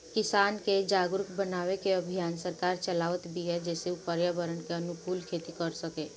किसान के जागरुक बनावे के अभियान सरकार चलावत बिया जेसे उ पर्यावरण के अनुकूल खेती कर सकें